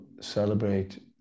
celebrate